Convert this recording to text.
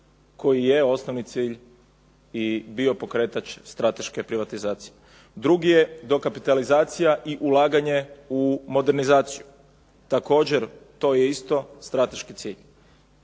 koji je osnovni cilj i bio pokretač strateške privatizacije. Drugi je dokapitalizacija i ulaganje u modernizaciju, također to je isto strateški cilj.